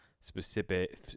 specific